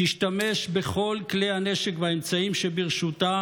מדינת ישראל תשתמש בכל כלי הנשק והאמצעים שברשותה